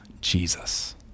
Jesus